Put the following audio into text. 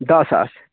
دہ ساس